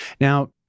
Now